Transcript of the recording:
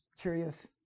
curious